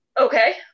okay